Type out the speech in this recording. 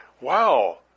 wow